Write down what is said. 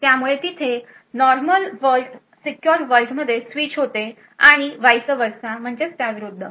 त्यामुळे तिथे normal world secure world मध्ये स्विच होते आणि त्याविरुद्ध